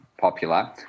popular